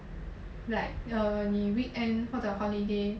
like err 你 weekend 或者 holiday